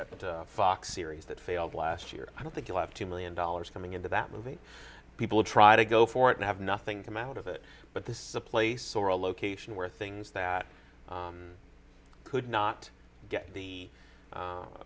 that the fox series that failed last year i don't think you'll have two million dollars coming into that movie people try to go for it and have nothing come out of it but this is a place or a location where things that could not